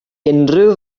unrhyw